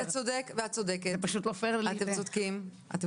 אופיר כץ, אתה צודק ומיכל וולדיגר צודקת.